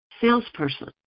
salesperson